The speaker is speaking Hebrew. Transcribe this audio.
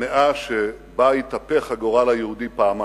המאה שבה התהפך הגורל היהודי פעמיים: